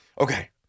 Okay